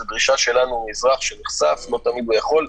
זו הדרישה שלנו מאזרח שנחשף, לא תמיד הוא יכול.